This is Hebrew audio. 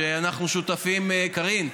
שאנחנו שותפים, קארין,